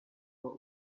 what